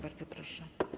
Bardzo proszę.